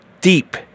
deep